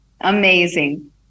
Amazing